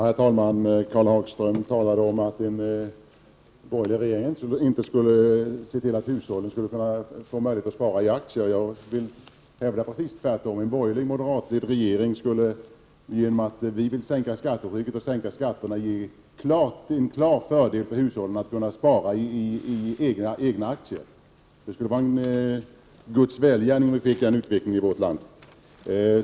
Herr talman! Karl Hagström sade att en borgerlig regering inte skulle se till att hushållen skulle kunna få möjlighet att spara i aktier. Jag vill hävda att det är precis tvärtom. En borgerlig moderat regering skulle, genom att vi vill sänka skattetrycket och sänka skatterna, ge en klar fördel för hushållen att kunna spara i egna aktier. Det skulle vara en guds välgärning om vi fick den utvecklingen i vårt land.